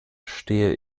stehe